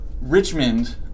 Richmond